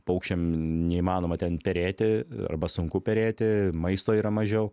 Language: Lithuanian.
paukščiam neįmanoma ten perėti arba sunku perėti maisto yra mažiau